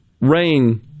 rain